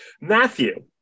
Matthew